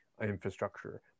infrastructure